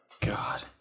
God